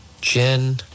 Jen